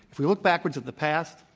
if we look backwards at the past,